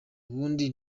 ubundi